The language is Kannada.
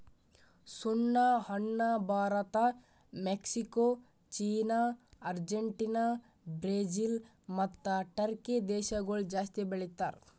ಸುಣ್ಣ ಹಣ್ಣ Bharat, Mexico, China, Argentina, Brazil ಮತ್ತ ಟರ್ಕಿ ದೇಶಗೊಳ್ ಜಾಸ್ತಿ ಬೆಳಿತಾರ್